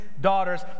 daughters